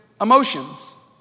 emotions